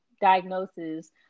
diagnosis